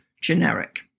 generic